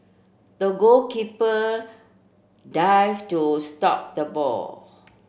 the goalkeeper dived to stop the ball